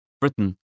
Britain